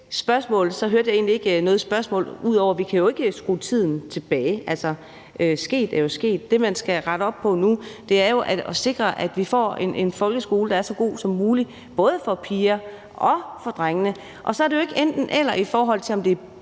var. Jeg hørte egentlig ikke noget spørgsmål, men jeg vil sige, at vi jo ikke kan skrue tiden tilbage. Altså, sket er jo sket. Det, man skal rette op på nu, er i forhold til at sikre, at vi får en folkeskole, der er så god som muligt, både for piger og drenge. Og så er det ikke et enten-eller, i forhold til om det er